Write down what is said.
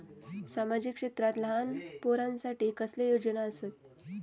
सामाजिक क्षेत्रांत लहान पोरानसाठी कसले योजना आसत?